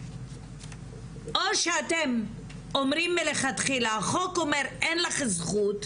או שאתם אומרים מלכתחילה החוק אומר אין לך זכות,